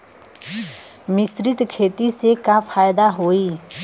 मिश्रित खेती से का फायदा होई?